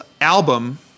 album